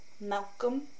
Malcolm